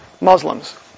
Muslims